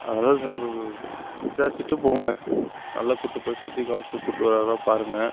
அதாவது நம்மளுக்கு விசாரிச்சிட்டு போங்கள் நல்லா கூட்டு போய் சுற்றி காமிச்சிட்டு கூப்பிட்டு வர்றவராக பாருங்கள்